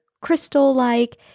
crystal-like